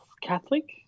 Catholic